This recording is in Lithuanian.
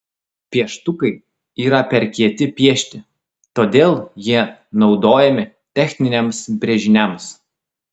pieštukai yra per kieti piešti todėl jie naudojami techniniams brėžiniams